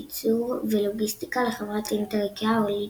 ייצור ולוגיסטיקה לחברת אינטר איקאה הולדינג.